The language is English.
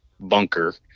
bunker